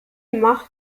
macht